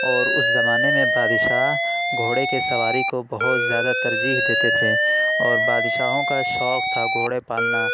اور اُس زمانے میں بادشاہ گھوڑے کے سواری کو بہت زیادہ ترجیح دیتے تھے اور بادشاہوں کا شوق تھا گھوڑے پالنا